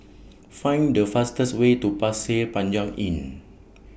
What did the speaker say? Find The fastest Way to Pasir Panyang Inn